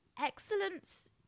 excellence